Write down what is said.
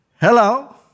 Hello